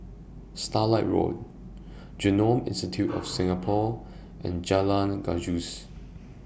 Starlight Road Genome Institute of Singapore and Jalan Gajus